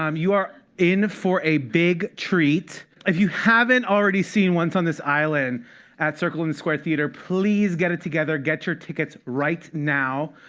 um you are in for a big treat. if you haven't already seen once on this island at circle in the square theater, please get it together. get your tickets right now.